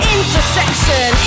Intersection